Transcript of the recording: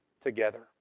together